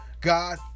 God